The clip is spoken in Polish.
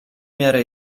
miarę